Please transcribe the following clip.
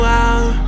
out